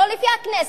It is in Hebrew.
לא לפי הכנסת.